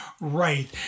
right